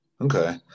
Okay